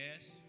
Yes